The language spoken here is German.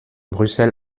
brüssel